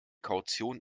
kaution